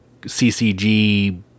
CCG